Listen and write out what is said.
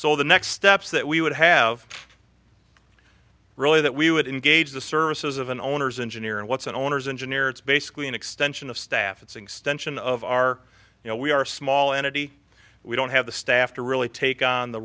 so the next steps that we would have really that we would engage the services of an owners engineer and what's an owner's engineer it's basically an extension of staff it's an extension of our you know we are small entity we don't have the staff to really take on the